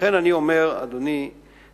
לכן אני אומר, אדוני המשנה,